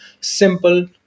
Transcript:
simple